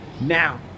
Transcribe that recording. Now